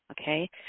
Okay